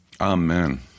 Amen